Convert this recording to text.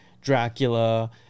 Dracula